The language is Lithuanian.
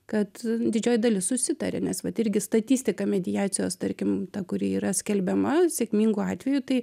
kad didžioji dalis susitaria nes vat irgi statistika mediacijos tarkim ta kuri yra skelbiama sėkmingų atvejų tai